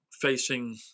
facing